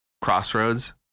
crossroads